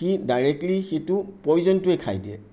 সি directly সিটো পয়জনটোৱে খাই দিয়ে